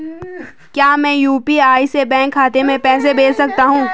क्या मैं यु.पी.आई से बैंक खाते में पैसे भेज सकता हूँ?